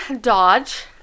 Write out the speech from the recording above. Dodge